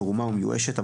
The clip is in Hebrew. מרומה ומיואשת,